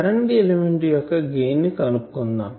current element యొక్క gain ని కనుక్కుందాం